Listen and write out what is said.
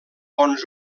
bons